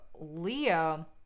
Leo